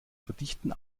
verdichten